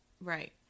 Right